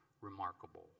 remarkable